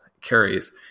carries